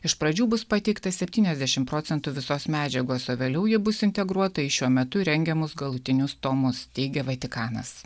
iš pradžių bus pateikta septyniasdešim procentų visos medžiagos o vėliau ji bus integruota į šiuo metu rengiamus galutinius tomus teigia vatikanas